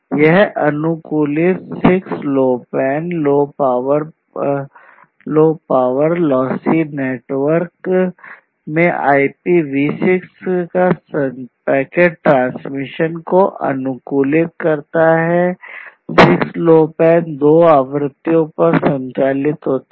यह अनुकूलित 6LoWPAN low power lossy network का प्रयोग करता है